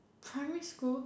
primary school